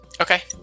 Okay